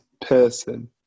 person